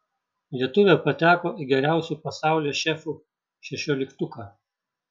lietuvė pateko į geriausių pasaulio šefų šešioliktuką